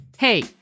Hey